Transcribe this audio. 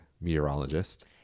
meteorologist